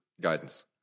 guidance